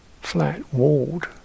flat-walled